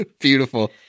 Beautiful